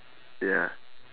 ya